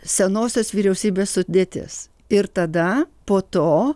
senosios vyriausybės sudėtis ir tada po to